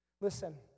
Listen